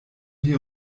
wir